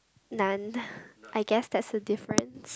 none I guess that's the difference